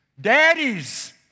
Daddies